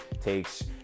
takes